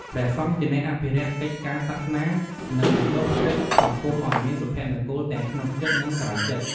ព្រះសង្ឃជាអ្នកអភិរក្សកិច្ចការសាសនា និងបណ្តុះចិត្តសង្គមឲ្យមានសុភមង្គលទាំងក្នុងចិត្ត និងក្រៅចិត្ត។